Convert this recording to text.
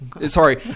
Sorry